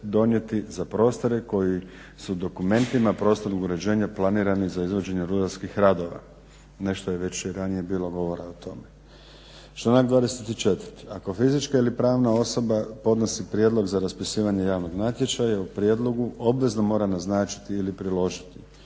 donijeti za prostore koji su dokumentima prostornog uređenja planirani za izvođenje rudarskih radova. Nešto je već i ranije bilo govora o tome. Članak 24. ako fizička ili pravna osoba podnosi prijedlog za raspisivanje javnog natječaja u prijedlogu obvezno mora naznačiti ili priložiti